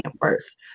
first